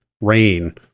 rain